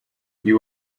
you